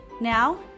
Now